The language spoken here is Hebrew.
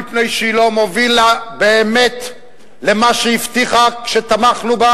מפני שהיא לא מובילה באמת למה שהבטיחה כשתמכנו בה